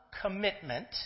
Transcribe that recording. commitment